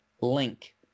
link